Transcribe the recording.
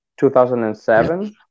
2007